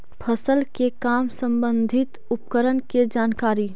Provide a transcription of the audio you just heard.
फसल के काम संबंधित उपकरण के जानकारी?